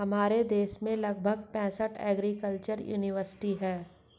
हमारे देश में लगभग पैंसठ एग्रीकल्चर युनिवर्सिटी है